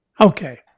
Okay